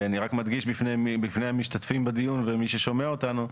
אני רק מדגיש בפני המשתתפים בדיון ומי ששומע אותנו,